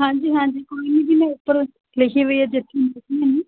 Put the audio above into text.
ਹਾਂਜੀ ਹਾਂਜੀ ਕੋਈ ਨਹੀਂ ਜੀ ਮੈਂ ਉੱਪਰੋਂ ਲਿਖੇ ਵੇ ਆ